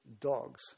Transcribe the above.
dogs